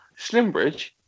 Slimbridge